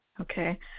Okay